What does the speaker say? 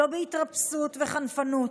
לא בהתרפסות וחנפות.